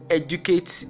educate